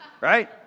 right